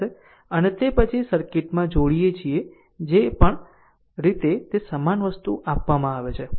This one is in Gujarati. અને તે પછી તે સર્કિટમાં જોડીએ થાય છે જે પણ રીતે તે સમાન વસ્તુ આપવામાં આવે છે